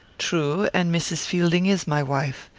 true and mrs. fielding is my wife.